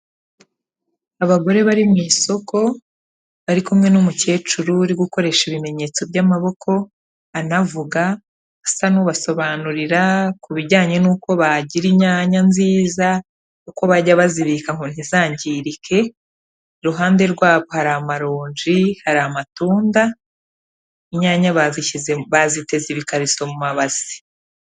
Abagore bari mu isoko bari kumwe n'umukecuru uri gukoresha ibimenyetso by'amaboko, anavuga asa n'ubasobanurira ku bijyanye n'uko bagira inyanya nziza, uko bajya bazibika ngo ntizangirike, iruhande rwabo hari amaroji, hari amatunda, inyanya bazishyizemo baziteze ikarito mu mabasi.